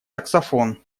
таксофон